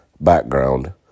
background